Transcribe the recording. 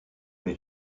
mes